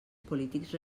polítics